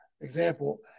example